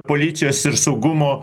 policijos ir saugumo